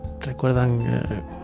Recuerdan